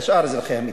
כלשאר אזרחי המדינה.